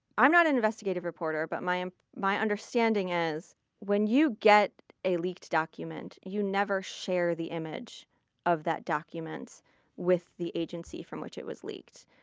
i'm not an investigative reporter but my my understanding is when you get a leaked document, you never share the image of that document with the agency from which it was leaked,